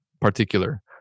particular